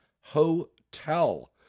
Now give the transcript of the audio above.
Hotel